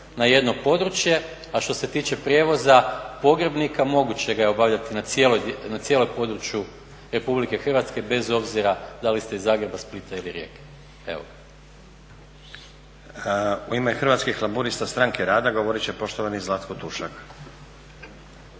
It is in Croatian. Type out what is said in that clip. na jedno područje. A što se tiče prijevoza pogrebnika moguće ga je obavljati na cijelom području RH bez obzira da li ste iz Zagreba, Splita ili Rijeke. Evo ga. **Stazić, Nenad (SDP)** U ime Hrvatskih laburista-Stranke rada govorit će poštovani Zlatko Tušak.